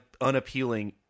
unappealing